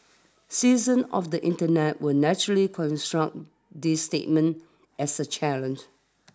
citizens of the internet will naturally construe this statement as a challenge